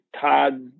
Todd